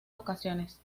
ocasiones